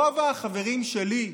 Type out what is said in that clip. רוב החברים שלי,